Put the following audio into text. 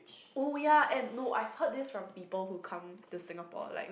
oh ya and no I've heard this from people who come to Singapore like